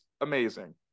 amazing